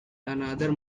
another